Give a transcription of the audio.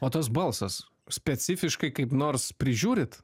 o tas balsas specifiškai kaip nors prižiūrit